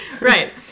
Right